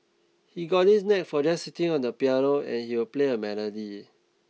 he's got this knack for just sitting on the piano and he will play a melody